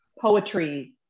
poetry